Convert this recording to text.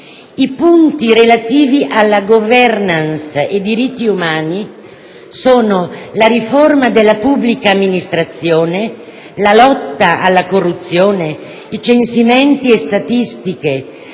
I punti relativi a «*governance* e diritti umani» sono la riforma della pubblica amministrazione, la lotta alla corruzione, i censimenti e statistiche,